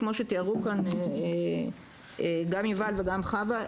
כמו שתיארו כאן גם יובל וגם חווה,